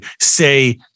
say